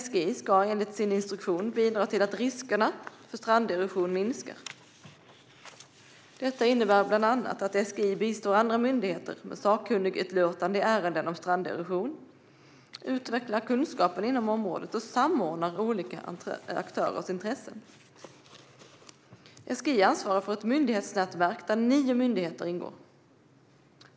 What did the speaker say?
SGI ska enligt sin instruktion bidra till att riskerna för stranderosion minskar. Det innebär bland annat att SGI bistår andra myndigheter med sakkunnigutlåtanden i ärenden om stranderosion, utvecklar kunskapen inom området och samordnar olika aktörers intressen. SGI ansvarar för ett myndighetsnätverk där nio myndigheter ingår.